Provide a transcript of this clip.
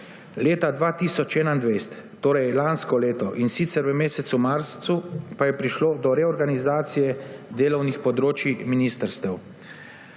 Leta 2021, torej lansko leto, in sicer v mesecu marcu, pa je prišlo do reorganizacije delovnih področij ministrstev.